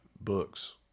books